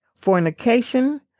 fornication